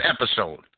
episode